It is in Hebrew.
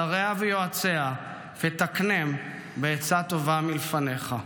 שריה ויועציה ותקנם בעצה טובה מלפניך".